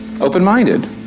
Open-minded